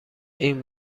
این